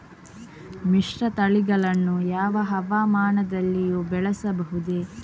ಮಿಶ್ರತಳಿಗಳನ್ನು ಯಾವ ಹವಾಮಾನದಲ್ಲಿಯೂ ಬೆಳೆಸಬಹುದೇ?